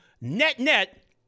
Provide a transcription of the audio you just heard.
net-net